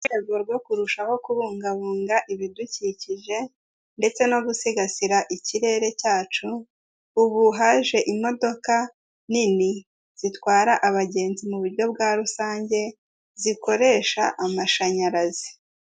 U Rwanda rufite intego yo kongera umukamo n'ibikomoka ku matungo, niyo mpamvu amata bayakusanyiriza hamwe, bakayazana muri kigali kugira ngo agurishwe ameze neza yujuje ubuziranenge.